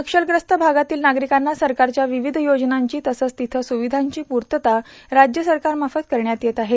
नक्षलप्रस्त भागातील नागरिकांना सरकारच्या विविध येजनांची तसंच तेथे सुविधांची पूर्तता राज्य सरकारमार्फत करण्यात येत आहे